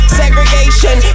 segregation